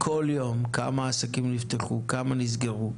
על כמה עסקים נפתחו וכמה נסגרו,